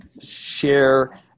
share